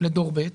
לדור ב'.